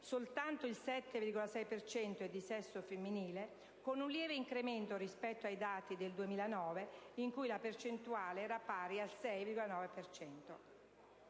soltanto il 7,6 per cento è di sesso femminile, con un lieve incremento rispetto ai dati del 2009 (in cui la percentuale era pari al 6,9